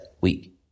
Week